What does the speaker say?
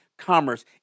commerce